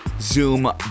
Zoom